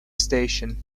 station